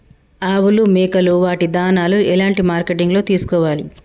ఆవులు మేకలు వాటి దాణాలు ఎలాంటి మార్కెటింగ్ లో తీసుకోవాలి?